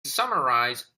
summarize